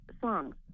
songs